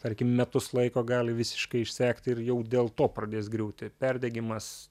tarkim metus laiko gali visiškai išsekti ir jau dėl to pradės griūti perdegimas